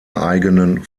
eigenen